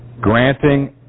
granting